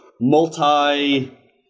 multi